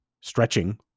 stretching